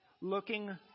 looking